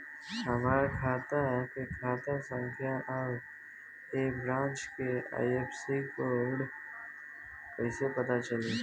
हमार खाता के खाता संख्या आउर ए ब्रांच के आई.एफ.एस.सी कोड कैसे पता चली?